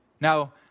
Now